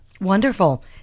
Wonderful